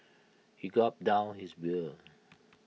he gulped down his beer